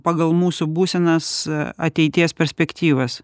pagal mūsų būsenas ateities perspektyvas